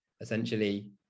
essentially